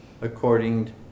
according